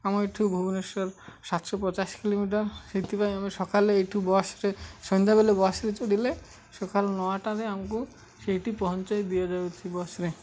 ଆମ ଏଇଠୁ ଭୁବନେଶ୍ୱର ସାତଶହ ପଚାଶ କିଲୋମିଟର ସେଥିପାଇଁ ଆମେ ସକାଳେ ଏଇଠୁ ବସ୍ରେ ସନ୍ଧ୍ୟାବେଳେ ବସ୍ରେ ଚଢ଼ିଲେ ସକାଳ ନଅଟାରେ ଆମକୁ ସେଇଠି ପହଞ୍ଚାଇ ଦିଆଯାଉଛି ବସ୍ରେ